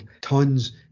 tons